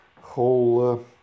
whole